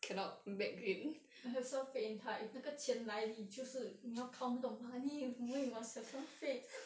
must have some faith in 她 if 那个钱来你就是你要 count 那个 money you know you must have some faith